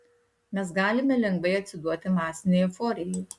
mes galime lengvai atsiduoti masinei euforijai